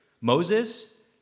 Moses